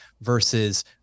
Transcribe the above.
versus